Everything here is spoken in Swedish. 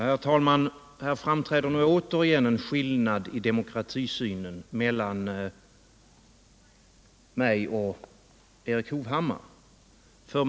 Herr talman! Här framträder återigen en skillnad i Erik Hovhammars och min demokratisyn.